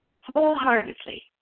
wholeheartedly